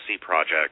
project